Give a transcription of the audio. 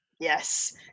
Yes